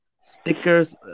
stickers